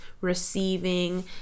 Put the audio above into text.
receiving